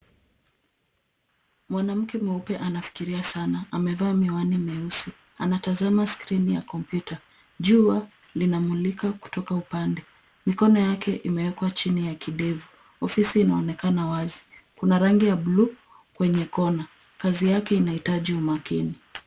Mwanamke mweupe anafikiria sana, amevaa miwani mieusi, anatazama skrini ya kompyuta. Jua linamulika kutoka upande, mikono yake imewekwa chini ya kidevu. Ofisi inaonekana wazi , kuna rangi ya buluu kwenye kona. Kazi yake inahitaji umakini.